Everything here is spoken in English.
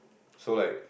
so like